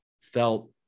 felt